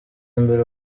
mbere